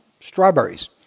strawberries